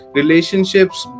relationships